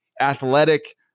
athletic